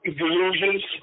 delusions